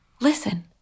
Listen